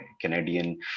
Canadian